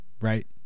Right